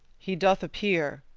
he doth appear.